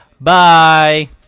bye